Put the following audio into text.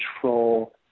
control